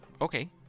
okay